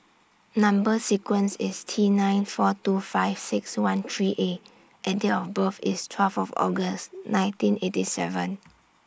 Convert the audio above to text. Number sequence IS T nine four two five six one three A and Date of birth IS twelve of August nineteen eighty seven